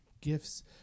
gifts